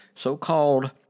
so-called